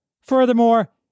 Furthermore